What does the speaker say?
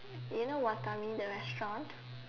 do you know Watami the restaurant